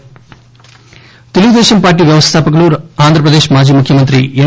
NTR Telugu Desam party వ్యవస్థాపకులు ఆంధ్ర ప్రదేశ్ మాజీ ముఖ్యమంత్రి ఎన్